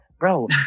Bro